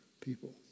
people